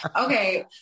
okay